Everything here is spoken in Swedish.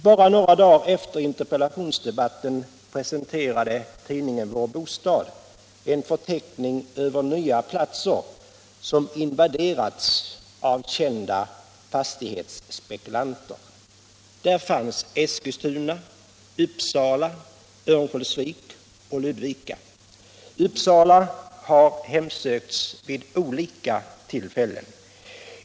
Bara några dagar efter interpellationsdebatten presenterade tidningen Vår Bostad en förteckning över nya platser som invaderats av kända fastighetsspekulanter. Där fanns Eskilstuna, Uppsala, Örnsköldsvik och Ludvika. Uppsala har hemsökts vid olika tillfällen.